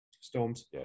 Storms